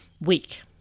week